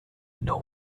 know